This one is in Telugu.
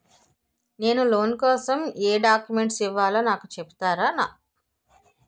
నేను లోన్ కోసం ఎం డాక్యుమెంట్స్ ఇవ్వాలో నాకు చెపుతారా నాకు చెపుతారా?